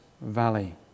valley